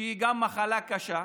שהיא גם מחלה קשה.